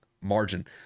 margin